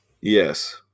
Yes